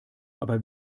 aber